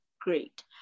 Great